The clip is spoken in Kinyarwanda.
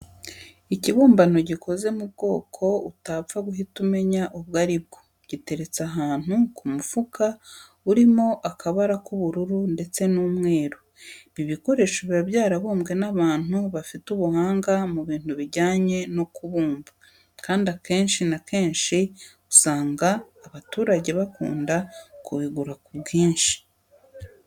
Ikibumbano gikoze mu bwoko utapfa guhita umenya ubwo ari bwo, giteretse ahantu ku mufuka urimo akabara k'ubururu ndetse n'umweru. Ibi bikoresho biba byarabumbwe n'abantu bafite ubuhanga mu bintu bijyanye no kubumba, kandi akenshi na kanshi usanga abaturage bakunda kubigura ku bwinshi.